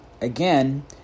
again